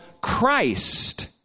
Christ